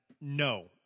no